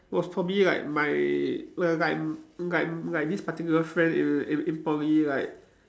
was probably like my like like like like like this particular friend in in in Poly like